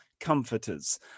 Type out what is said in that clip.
comforters